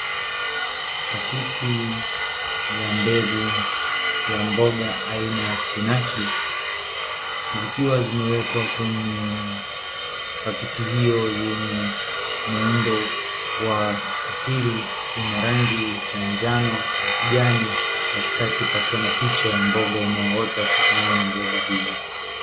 Pakiti ya mbegu ya mboga aina ya spinachi., zikiwa zimewekwa kwenye pakiti hiyo yenye muundo wa mstatiri, ina rangi za njano na kijani. Katikati pakiwa na picha ya mboga inayoota kutokana na mbegu hizo.